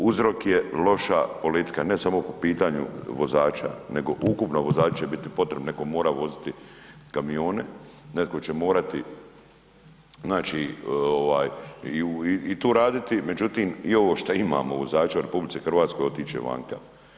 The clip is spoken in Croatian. Uzrok je loša politika, ne samo po pitanju vozača nego ukupno vozači će biti potrebni, neko mora voziti kamione, netko će morati i tu raditi, međutim i ovo što imamo vozača u RH otići će vanka.